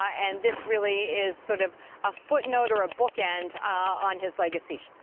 and this really is sort of a footnote or a book end on his legacy,